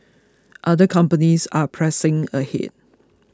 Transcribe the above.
other companies are pressing ahead